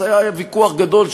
אז היה ויכוח גדול,